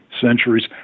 centuries